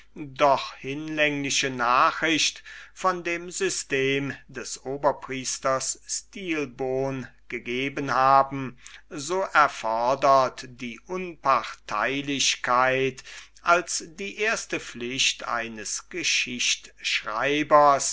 doch hinlängliche nachricht von dem system des oberpriesters stilbon gegeben haben so erfodert die unparteilichkeit welche die erste pflicht eines geschichtschreibers